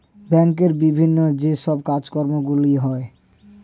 ব্যাংকের বিভিন্ন যে সব কাজকর্মগুলো হয়